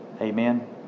Amen